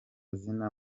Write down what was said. zina